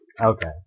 Okay